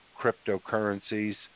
cryptocurrencies